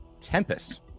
Tempest